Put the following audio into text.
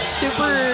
super